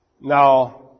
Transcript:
now